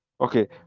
Okay